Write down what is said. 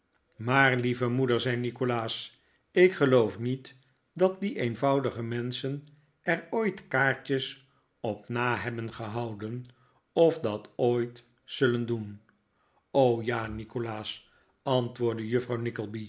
maar lieve moeder zei nikolaas ik geloof niet dat die eenvoudige menschen er ooit kaartjes op na hebben gehouden of dat ooit zullen doen ja nikolaas antwoordde juffrouw